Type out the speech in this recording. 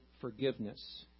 forgiveness